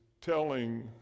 telling